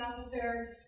officer